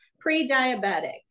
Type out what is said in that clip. pre-diabetic